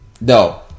no